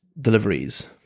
deliveries